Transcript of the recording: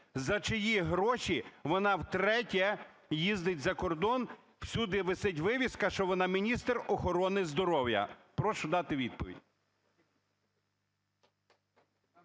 За чиї гроші вона втретє їздить за кордон? Всюди висить вивіска, що вона міністр охорони здоров'я. Прошу дати відповідь.